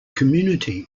community